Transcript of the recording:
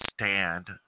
stand